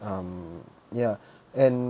um ya and